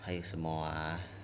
还有什么 ah